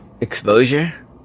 exposure